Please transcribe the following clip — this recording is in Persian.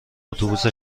اتوبوس